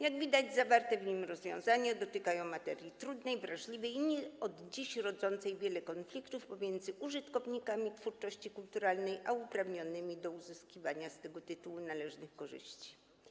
Jak widać, zawarte w nim rozwiązania dotykają materii trudnej, wrażliwej i nie od dziś rodzącej wiele konfliktów pomiędzy użytkownikami twórczości kulturalnej a uprawnionymi do uzyskiwania z tego tytułu należnych korzyści.